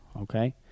okay